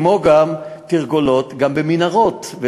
כמו גם תרגולות במנהרות.